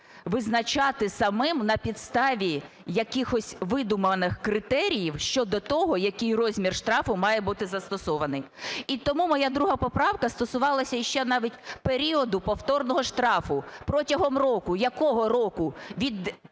визначати самим на підставі якихось видуманих критеріїв щодо того, який розмір штрафу має бути застосований. І тому моя 2 поправка стосувалася іще навіть періоду повторного штрафу – протягом року. Якого року? Від